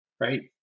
right